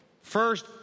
first